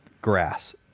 grass